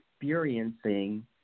experiencing